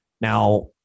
Now